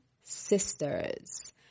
Sisters